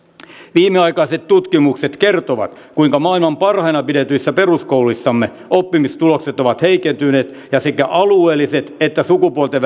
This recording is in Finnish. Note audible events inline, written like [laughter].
viimeaikaiset tutkimukset kertovat kuinka maailman parhaina pidetyissä peruskouluissamme oppimistulokset ovat heikentyneet ja sekä alueelliset että sukupuolten [unintelligible]